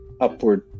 upward